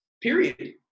period